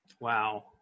Wow